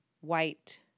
white